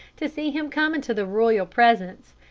to see him come into the royal presence,